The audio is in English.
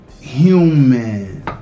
human